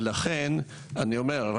ולכן אני אומר,